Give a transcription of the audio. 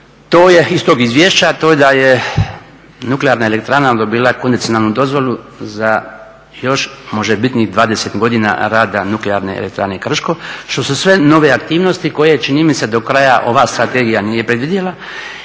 iz tog izvješća, to je da je nuklearna elektrana dobila kondicionalnu dozvolu za još možebitnih 20 godina rada Nuklearne elektrane Krško, što su sve nove aktivnosti koje čini mi se do kraja ova strategija nije predvidjela.